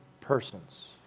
persons